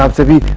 um to be